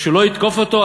שלא יתקוף אותו?